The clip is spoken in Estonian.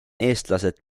eestlased